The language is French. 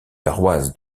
paroisses